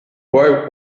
boy